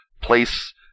place